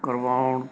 ਕਰਵਾਉਣ